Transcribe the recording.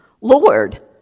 Lord